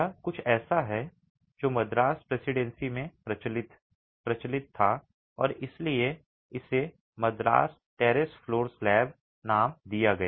यह कुछ ऐसा है जो मद्रास प्रेसीडेंसी में प्रचलित प्रचलित था और इसीलिए इसे मद्रास टैरेस फ्लोर स्लैब नाम दिया गया